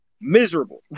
miserable